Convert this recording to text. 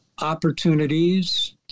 opportunities